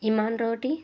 ఇమాన్ రోటీ